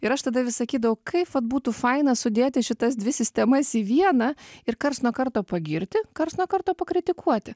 ir aš tada vis sakydavau kaip vat būtų faina sudėti šitas dvi sistemas į vieną ir karts nuo karto pagirti karts nuo karto pakritikuoti